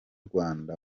rwanda